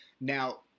now